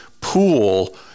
pool